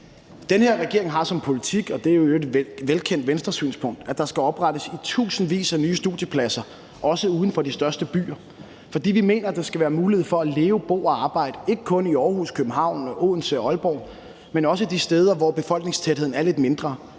Den her regering har som politik – og det er i øvrigt et velkendt Venstresynspunkt – at der skal oprettes i tusindvis af nye studiepladser, også uden for de største byer, fordi vi mener, at der skal være mulighed for at leve, bo og arbejde ikke kun i Aarhus, København, Odense og Aalborg, men også de steder, hvor befolkningstætheden er lidt mindre.